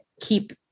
keep